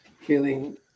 feeling